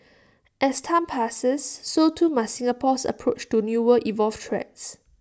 as time passes so too must Singapore's approach to newer evolved threats